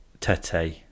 Tete